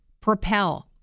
Propel